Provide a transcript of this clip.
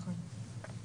נכון.